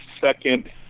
second –